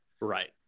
Right